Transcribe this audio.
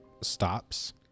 stops